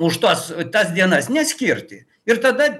už tuos tas dienas neskirti ir tada